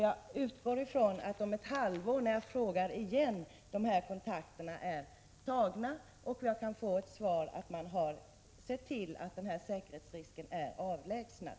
Jag utgår ifrån att kontakterna är tagna när jag om ett halvår ställer en ny fråga i ämnet, så att jag kan få till svar att man sett till att denna säkerhetsrisk är avlägsnad.